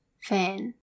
fan